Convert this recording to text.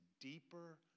deeper